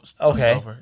Okay